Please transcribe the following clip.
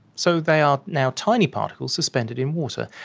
so they are now tiny particles suspended in water.